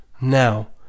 now